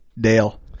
Dale